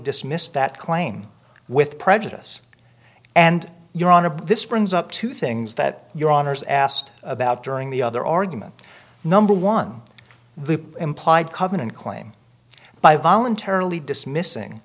dismiss that claim with prejudice and your honor this brings up two things that your honour's asked about during the other argument number one the implied covenant claim by voluntarily dismissing